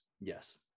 yes